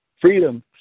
freedom